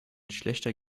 schlechter